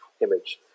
image